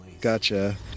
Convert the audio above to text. Gotcha